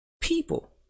people